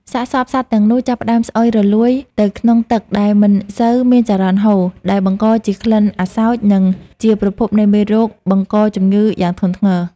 សាកសពសត្វទាំងនោះចាប់ផ្ដើមស្អុយរលួយនៅក្នុងទឹកដែលមិនសូវមានចរន្តហូរ ដែលបង្កជាក្លិនអាសោច និងជាប្រភពនៃមេរោគបង្កជំងឺយ៉ាងធ្ងន់ធ្ងរ។